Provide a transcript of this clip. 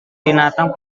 binatang